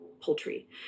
poultry